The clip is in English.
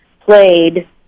played